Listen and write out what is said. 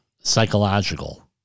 Psychological